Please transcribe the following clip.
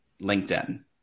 LinkedIn